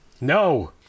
no